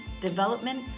development